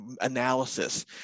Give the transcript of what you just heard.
analysis